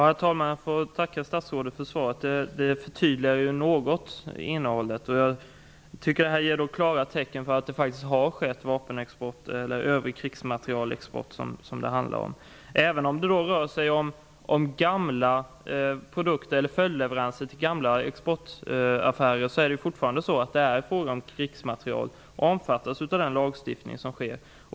Herr talman! Jag tackar statsrådet för svaret. Det förtydligar innehållet något. Jag tycker att detta ger klara tecken på att det faktiskt har skett vapenexport eller export av övrig krigsmateriel. Även om det rör sig om följdleveranser till gamla exportaffärer är det fortfarande fråga om krigsmateriel. Då omfattas det av den lagstiftning som finns.